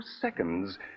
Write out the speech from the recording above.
seconds